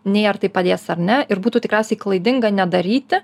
nei ar tai padės ar ne ir būtų tikriausiai klaidinga nedaryti